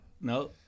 No